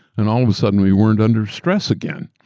and all of a sudden we weren't under stress again.